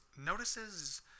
notices